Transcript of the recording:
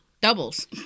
Doubles